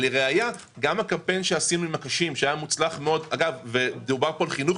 הקמפיין שהזכרתי לא עלה